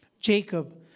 Jacob